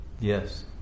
Yes